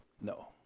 no